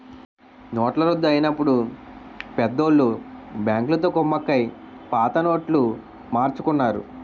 నోట్ల రద్దు అయినప్పుడు పెద్దోళ్ళు బ్యాంకులతో కుమ్మక్కై పాత నోట్లు మార్చుకున్నారు